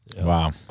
Wow